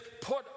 put